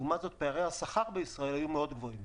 לעומת זאת פערי השכר בישראל היו מאוד גבוהים.